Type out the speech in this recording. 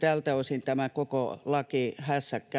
Tältä osin tämä koko lakihässäkkä on